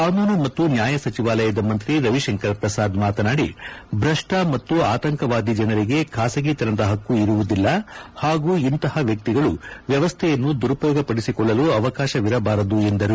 ಕಾನೂನು ಮತ್ತು ನ್ನಾಯ ಸಚಿವಾಲಯದ ಮಂತ್ರಿ ರವಿಶಂಕರ ಪ್ರಸಾದ್ ಮಾತನಾಡಿ ಭ್ರಷ್ಟ ಮತ್ತು ಆತಂಕವಾದಿ ಜನರಿಗೆ ಖಾಸಗಿತನದ ಪಕ್ಕು ಇರುವುದಿಲ್ಲ ಹಾಗೂ ಇಂತಹ ವ್ಯಕ್ತಿಗಳು ವ್ಯವಸ್ವೆಯನ್ನು ದುರುಪಯೋಗ ಪಡಿಸಿಕೊಳ್ಳಲು ಅವಕಾಶವಿರಬಾರದು ಎಂದರು